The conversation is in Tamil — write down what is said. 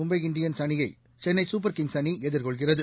மும்பை இண்டியன்ஸ் அணியை சென்னை சூப்பர் கிங்ஸ் அணி எதிர்கொள்கிறது